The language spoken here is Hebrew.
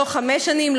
לא חמש שנים,